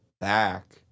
back